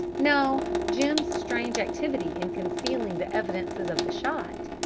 no, jim's strange activity in concealing the evidences of the shot,